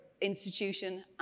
institution